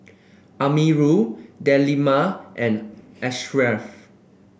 Amirul Delima and Ashraff